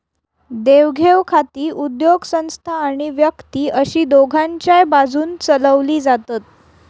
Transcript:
देवघेव खाती उद्योगसंस्था आणि व्यक्ती अशी दोघांच्याय बाजून चलवली जातत